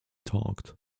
talked